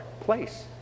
place